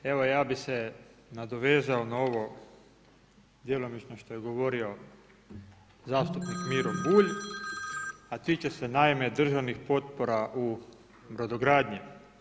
Evo ja bih se nadovezao na ovo djelomično što je govorio zastupnik MIro Bulj, a tiče se naime državni potpora u brodogradnji.